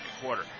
quarter